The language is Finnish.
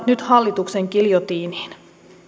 nyt hallituksen giljotiiniin